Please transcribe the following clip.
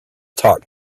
talk